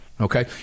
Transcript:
Okay